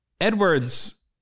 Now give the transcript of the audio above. Edwards